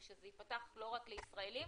ושזה ייפתח לא רק לישראלים.